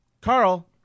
Carl